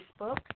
Facebook